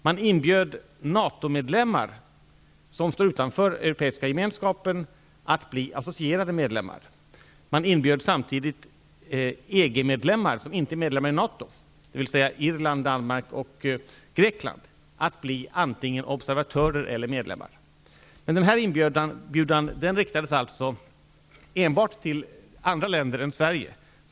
Man inbjöd NATO-medlemmar som står utanför Europeiska gemenskapen att bli associerade medlemmar. Man inbjöd samtidigt EG-medlemmar som inte är medlemmar i NATO, dvs. Irland, Danmark och Grekland, att bli antingen observatörer eller medlemmar. Den inbjudan riktades alltså enbart till andra länder än Sverige.